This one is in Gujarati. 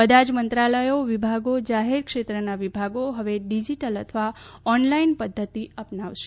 બધા જ મંત્રાલયો વિભાગો જાહેર ક્ષેત્રના વિભાગો હવે ડીજીટલ અથવા ઓનલાઇન પધ્ધતિ અપનાવશે